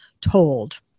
told